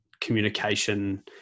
communication